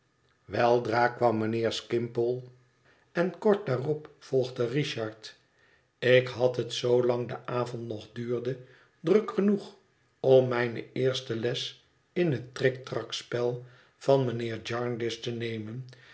weldra kwam mijnheer skimpole en kort daarop volgde richard ik had het zoolang de avond nog duurde druk genoeg om mijne eerste les in het triktrakspel van mijnheer jarndyce te nemen